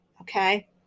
okay